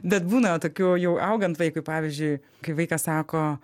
bet būna va tokių jau augant vaikui pavyzdžiui kai vaikas sako